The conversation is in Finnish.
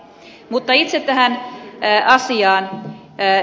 mutta itse tähän asiaan